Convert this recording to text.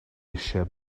eisiau